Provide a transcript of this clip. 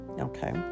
okay